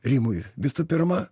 rimui visų pirma